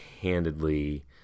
handedly